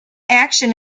action